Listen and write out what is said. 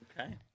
okay